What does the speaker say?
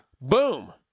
Boom